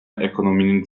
ekonominin